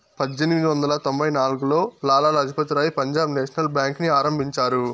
పజ్జేనిమిది వందల తొంభై నాల్గులో లాల లజపతి రాయ్ పంజాబ్ నేషనల్ బేంకుని ఆరంభించారు